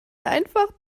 einfach